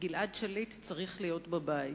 גלעד שליט צריך להיות בבית.